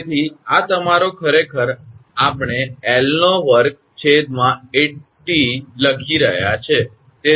તેથી આ તમારો ખરેખર આપણે L નો વર્ગ છેદમાં 8T લખી રહયા છે